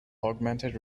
augmented